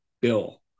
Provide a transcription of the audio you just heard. Bill